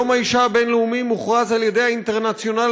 יום האישה הבין-לאומי מוכרז על-ידי האינטרנציונל